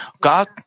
God